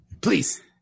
Please